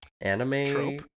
anime